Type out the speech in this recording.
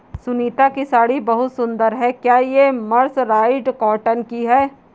सुनीता की साड़ी बहुत सुंदर है, क्या ये मर्सराइज्ड कॉटन की है?